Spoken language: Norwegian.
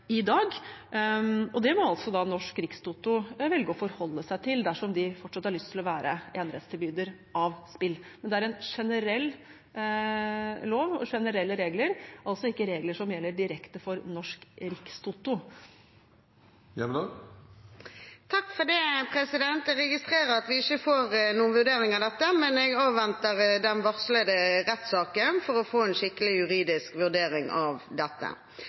og det må da Norsk Rikstoto velge å forholde seg til dersom de fortsatt har lyst til å være enerettstilbyder av spill. Men det er en generell lov og generelle regler, altså ikke regler som gjelder direkte for Norsk Rikstoto. Jeg registrerer at vi ikke får noen vurdering av dette, men jeg avventer den varslede rettssaken for å få en skikkelig juridisk vurdering av dette.